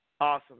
Awesome